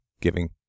giving